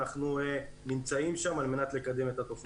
אנחנו נמצאים על מנת לקדם את התוכנית.